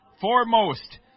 foremost